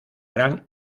gran